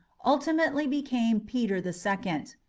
ultimately became peter the second.